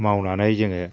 मावनानै जोङो